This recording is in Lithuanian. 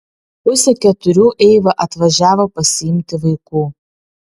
pusę keturių eiva atvažiavo pasiimti vaikų